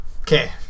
Okay